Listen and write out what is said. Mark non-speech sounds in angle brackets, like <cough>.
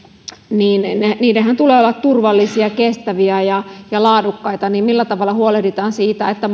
niin niiden tulee olla turvallisia kestäviä ja laadukkaita millä tavalla huolehditaan siitä että <unintelligible>